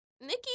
Nikki